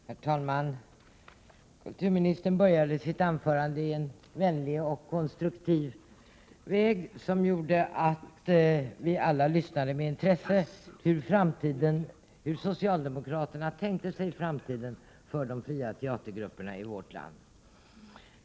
Herr talman! Kulturministern började sitt anförande i en vänlig och konstruktiv anda, vilket gjorde att vi alla lyssnade med intresse på hur socialdemokraterna tänkte sig framtiden för de fria teatergrupperna i vårt land.